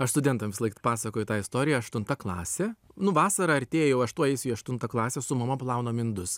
aš studentam visąlaik pasakoju tą istoriją aštunta klasė nu vasara artėja jau aš tuoj eisiu į aštuntą klasę su mama plaunam indus